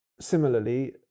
Similarly